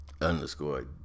underscore